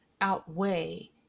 outweigh